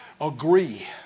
Agree